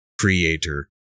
creator